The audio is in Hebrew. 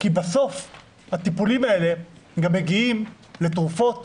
כי בסוף הטיפולים האלה גם מגיעים לתרופות